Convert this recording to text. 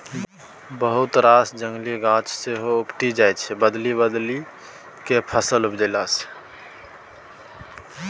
बहुत रास जंगली गाछ सेहो उपटि जाइ छै बदलि बदलि केँ फसल उपजेला सँ